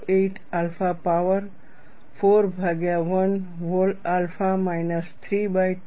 08 alpha power 4 ભાગ્યા 1 whole alpha minus 3 by 2